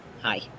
hi